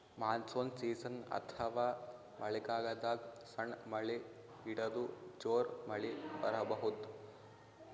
monsoon season ಅಥವಾ ಮಳಿಗಾಲದಾಗ್ ಸಣ್ಣ್ ಮಳಿ ಹಿಡದು ಜೋರ್ ಮಳಿ ಬರಬಹುದ್